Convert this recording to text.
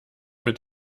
mit